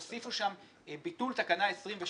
הוסיפו שם ביטול תקנה 27